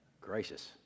gracious